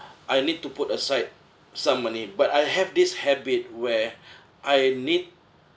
I need to put aside some money but I have this habit where I need